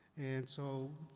and so,